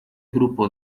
grupo